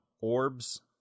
orbs